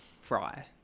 fry